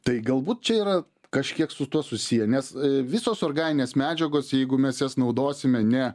tai galbūt čia yra kažkiek su tuo susiję nes visos organinės medžiagos jeigu mes jas naudosime ne